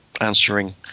answering